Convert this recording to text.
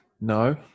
No